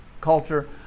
culture